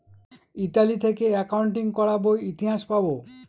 Italy থেকে accounting করাবো ইতিহাস পাবো